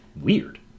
weird